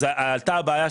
אז עלתה הבעיה,